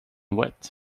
wet